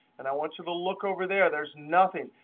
and i want you to look over there. there's nothing.